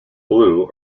blue